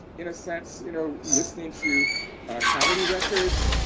in a sense, you know, listening to comedy records,